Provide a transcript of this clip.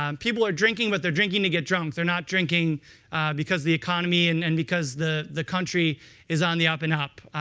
um people are drinking what they're drinking to get drunk. they're not drinking because the economy and and because the the country is on the up and up.